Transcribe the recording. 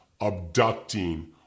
abducting